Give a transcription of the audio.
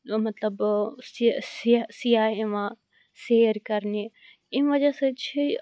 مَطلَب ٲں سہِ سہِ سِیاح یِوان سیر کَرنہِ امہِ وجہِ سٟتۍ چھِ یہِ